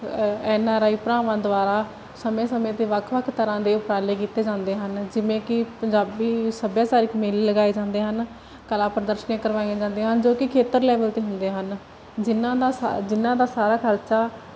NRI ਭਰਾਵਾਂ ਦੁਆਰਾ ਸਮੇਂ ਸਮੇਂ 'ਤੇ ਵੱਖ ਵੱਖ ਤਰ੍ਹਾਂ ਦੇ ਉਪਰਾਲੇ ਕੀਤੇ ਜਾਂਦੇ ਹਨ ਜਿਵੇਂ ਕਿ ਪੰਜਾਬੀ ਸੱਭਿਆਚਾਰਿਕ ਮੇਲੇ ਲਗਾਏ ਜਾਂਦੇ ਹਨ ਕਲਾ ਪ੍ਰਦਰਸ਼ਨੀ ਕਰਵਾਈਆਂ ਜਾਂਦੀਆਂ ਹਨ ਜੋ ਕਿ ਖੇਤਰ ਲੈਵਲ 'ਤੇ ਹੁੰਦੇ ਹਨ ਜਿਹਨਾਂ ਦਾ ਸਾ ਜਿਹਨਾਂ ਦਾ ਸਾਰਾ ਖਰਚਾ